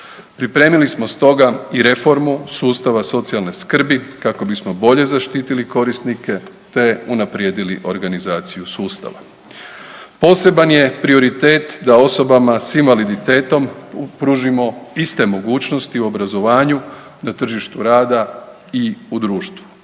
Pripremili smo stoga i reformu sustava socijalne skrbi kako bismo bolje zaštitili korisnike te unaprijedili organizaciju sustava. Poseban je prioritet da osobama s invaliditetom pružimo iste mogućnosti u obrazovanju, na tržištu rada i u društvu.